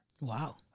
Wow